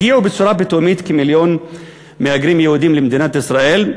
הגיעו בצורה פתאומית כמיליון מהגרים יהודים למדינת ישראל,